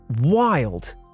wild